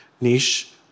niche